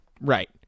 Right